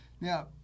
Now